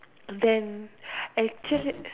then actually